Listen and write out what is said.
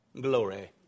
Glory